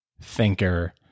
thinker